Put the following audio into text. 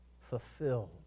fulfilled